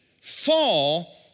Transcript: fall